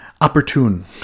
opportune